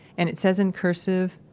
and it says in cursive,